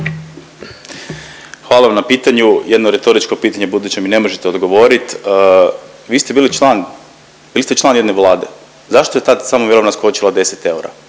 Hvala vam na pitanju. Jedno retoričko pitanje budući da mi ne možete odgovorit, vi ste bili član, bili ste član jedne vlade zašto je tad samo mirovina skočila 10 eura.